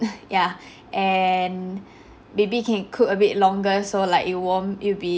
ya and maybe can cook a bit longer so like it'll warm it'll be